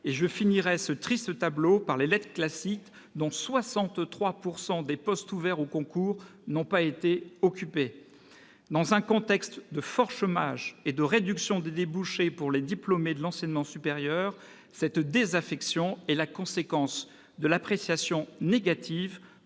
? Je finirai cette triste énumération par les lettres classiques, pour lesquelles 63 % des postes ouverts au concours n'ont pas été pourvus ... Dans un contexte de chômage élevé et de réduction des débouchés pour les diplômés de l'enseignement supérieur, cette désaffection est la conséquence de l'appréciation négative